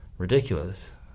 ridiculous